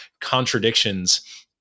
contradictions